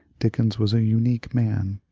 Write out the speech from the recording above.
dickens was a unique man.